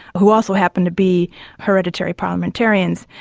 who also happen to be hereditary parliamentarians.